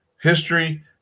history